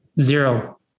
Zero